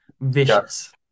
Vicious